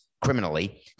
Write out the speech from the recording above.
criminally